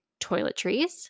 toiletries